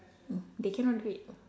they cannot do it